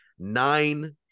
nine